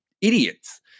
Idiots